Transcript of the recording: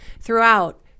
Throughout